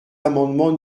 amendement